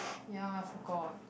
ya I forgot